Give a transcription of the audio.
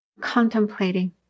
contemplating